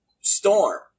storm